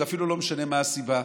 זה אפילו לא משנה מה הסיבה,